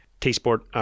T-Sport